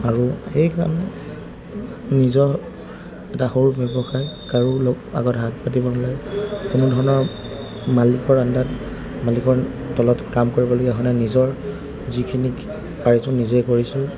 আৰু সেইকাৰণে নিজৰ এটা সৰু ব্যৱসায় কাৰো আগত হাত পাতিব নালাগে কোনো ধৰণৰ মালিকৰ আণ্ডাৰত মালিকৰ তলত কাম কৰিবলগীয়া হোৱা নাই নিজৰ যিখিনি পাৰিছোঁ নিজে কৰিছোঁ